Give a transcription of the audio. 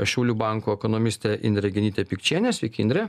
šiaulių banko ekonomistė indrė genytė pikčienė sveiki indre